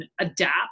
adapt